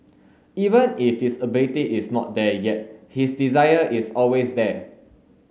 even if his ability is not there yet his desire is always there